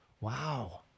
Wow